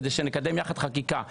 כדי שנקדם יחד חקיקה.